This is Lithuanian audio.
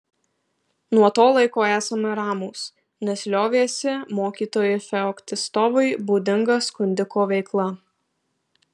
nuo to laiko esame ramūs nes liovėsi mokytojui feoktistovui būdinga skundiko veikla